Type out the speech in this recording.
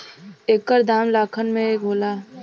एकर दाम लाखन में होला